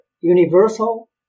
universal